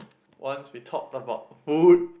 once we talk about food